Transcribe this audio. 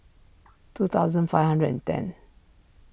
two thousand five hundred and ten